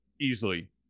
easily